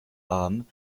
arm